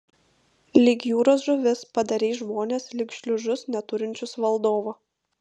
lyg jūros žuvis padarei žmones lyg šliužus neturinčius valdovo